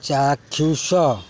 ଚାକ୍ଷୁଷ